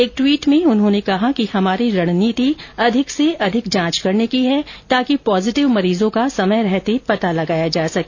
एक ट्वीट में उन्होनें कहा कि हमारी रणनीति अधिक से अधिक जांच करने की है ताकि पॉजिटिव मरीजों का समय रहते पता लगाया जा सके